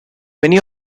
many